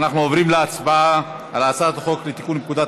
אנחנו עוברים להצבעה על הצעת חוק לתיקון פקודת